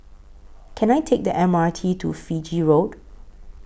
Can I Take The M R T to Fiji Road